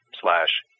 slash